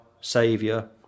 Saviour